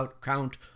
count